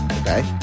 Okay